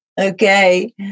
Okay